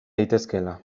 daitezkeela